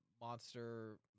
monster